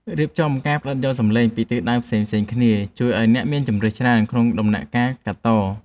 រៀបចំការផ្ដិតយកសំឡេងពីទិសដៅផ្សេងៗគ្នាជួយឱ្យអ្នកមានជម្រើសច្រើនក្នុងដំណាក់កាលកាត់ត។